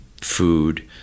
food